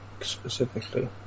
specifically